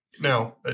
Now